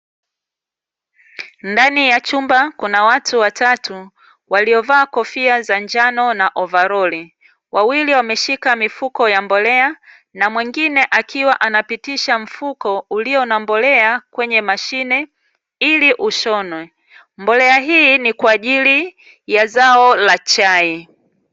Ndani ya chumba kuna watu watatu waliovaa kofia za njano na ovaroli, wawili wameshika mifuko ya mbolea na mwingine akiwa anapitisha mfuko, ulio na mbolea kwenye mashine ili ushonwe. Mbolea hii ni kwa ajili ya zao la chai.